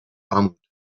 armut